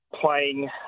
playing